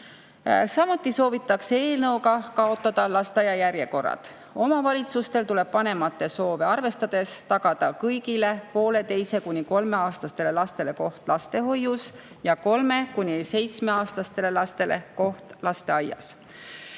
Samuti soovitakse eelnõuga kaotada lasteaia järjekorrad. Omavalitsustel tuleb vanemate soove arvestades tagada kõigile poolteise‑ kuni kolmeaastastele lastele koht lastehoius ja kolme‑ kuni seitsmeaastastele lastele koht lasteaias.